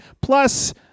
plus